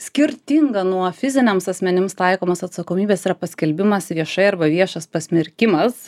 skirtingai nuo fiziniams asmenims taikomos atsakomybės yra paskelbimas viešai arba viešas pasmerkimas